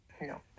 No